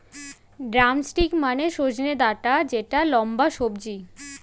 drumstick মানে সজনে ডাটা যেটা লম্বা সবজি